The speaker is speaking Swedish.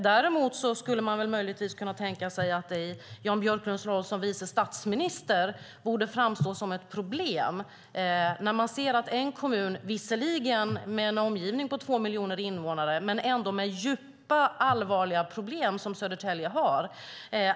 Däremot skulle man möjligtvis kunna tänka sig att det i Jan Björklunds roll som vice statsminister borde framstå som ett problem att det inte tas ett bredare grepp när man ser en kommun som visserligen har en omgivning på två miljoner invånare men som också har de djupa och allvarliga problem som Södertälje har.